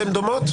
שהן דומות.